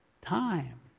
time